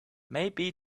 maybe